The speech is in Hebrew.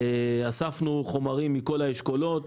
אספנו חומרים מכל האשכולות.